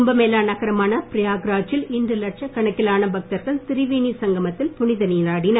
கும்பமேளா நகரமான பிரயாக் ராஜில் இன்று லட்சக்கணக்கிலான பக்தர்கள் திரிவேணி சங்கமத்தில் புனிதநீராடினர்